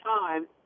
time